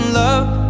love